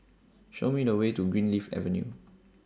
Show Me The Way to Greenleaf Avenue